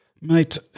mate